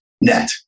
net